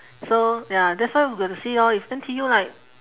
so ya that's why we got to see lor if N_T_U like